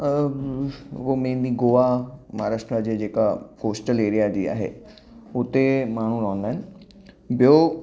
उहो मेनली गोआ महाराष्ट्र जे जेका कोस्टल एरिया जीअ आहे हुते माण्हू रहंदा आहिनि ॿियो